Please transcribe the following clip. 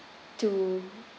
to